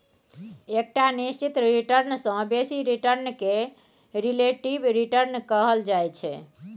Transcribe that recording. एकटा निश्चित रिटर्न सँ बेसी रिटर्न केँ रिलेटिब रिटर्न कहल जाइ छै